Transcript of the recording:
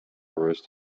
rest